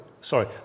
Sorry